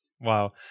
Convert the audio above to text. Wow